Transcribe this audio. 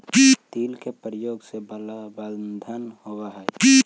तिल के प्रयोग से बलवर्धन होवअ हई